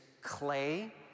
clay